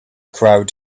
crowd